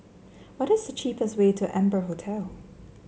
what is the cheapest way to Amber Hotel